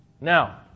Now